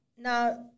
Now